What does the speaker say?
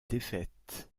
défaite